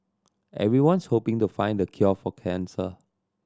everyone's hoping to find the cure for cancer